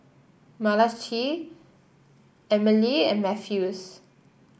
Malachi Emilie and Mathews